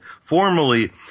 formally